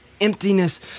emptiness